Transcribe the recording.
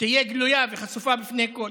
תהיה גלויה וחשופה בפני כול.